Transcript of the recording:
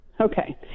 Okay